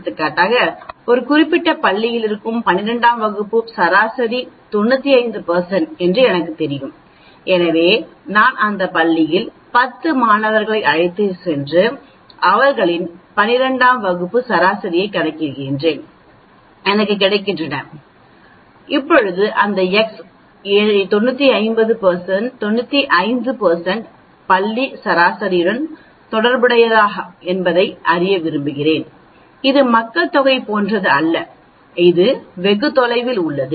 எடுத்துக்காட்டாக ஒரு குறிப்பிட்ட பள்ளியிலிருந்து 12 ஆம் வகுப்பு சராசரி 95 என்று எனக்குத் தெரியும் எனவே நான் அந்த பள்ளியில் 10 மாணவர்களை அழைத்துச் சென்று அவர்களின் 12 ஆம் வகுப்பு சராசரியைக் கணக்கிடுகிறேன் எனக்கு கிடைக்கின்றன இப்போது இந்த எக்ஸ் 95 பள்ளி சராசரியுடன் தொடர்புடையதா என்பதை அறிய விரும்புகிறேன் இது மக்கள் தொகை போன்றது அல்லது அது வெகு தொலைவில் உள்ளது